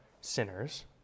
sinners